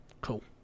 cool